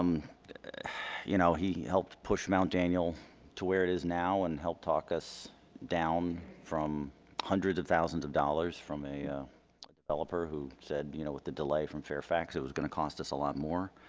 um you know he helped push mt. daniel to where it is now and helped talk us down from hundreds of thousands of dollars from a developer who said you know with the delay from fairfax it was going to cost us a lot more